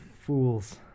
Fools